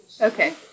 Okay